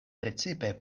precipe